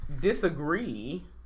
disagree